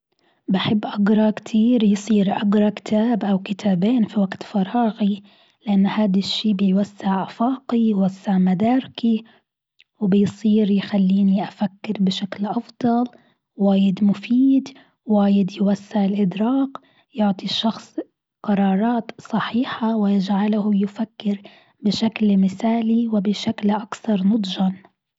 بحب أقرأ كتير بيصير أقرأ كتاب أو كتابين في وقت فراغي، لأنه هاد الشيء بيوسع أفاقي يوسع مداركي، وبيصير يخليني أفكر بشكل أفضل، واجد مفيد واجد يوسع الادراك، يعطي الشخص قرارات صحيحة ويجعله يفكر بشكل مثالي وبشكل أكثر نضجًا.